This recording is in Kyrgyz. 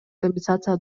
компенсация